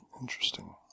interesting